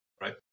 right